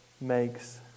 makes